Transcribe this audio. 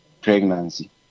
pregnancy